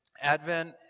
Advent